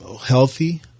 healthy